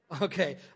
Okay